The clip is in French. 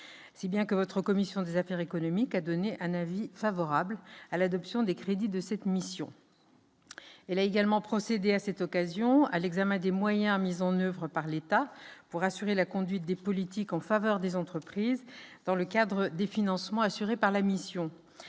si bien que votre commission des affaires économiques, a donné un avis favorable à l'adoption des crédits de cette mission, elle a également procédé à cette occasion à l'examen des moyens mis en oeuvre par l'État pour assurer la conduite des politiques en faveur des entreprises dans le cadre des financements assurés par la mission,